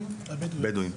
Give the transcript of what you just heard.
בדואים.